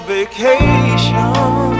vacation